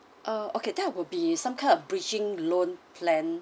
uh okay that would be some kind of bridging loan plan